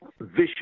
vicious